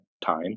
time